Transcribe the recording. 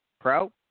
pro